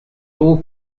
all